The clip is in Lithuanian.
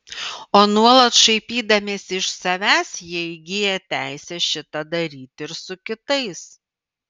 o nuolat šaipydamiesi iš savęs jie įgyja teisę šitą daryti ir su kitais